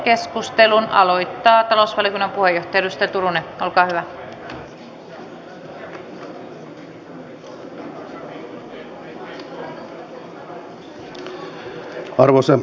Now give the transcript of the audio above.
keskustelun aloittaa talousvaliokunnan puheenjohtaja edustaja turunen olkaa hyvä